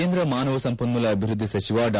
ಕೇಂದ್ರ ಮಾನವ ಸಂಪನ್ಮೂಲ ಅಭಿವೃದ್ಧಿ ಸಚಿವ ಡಾ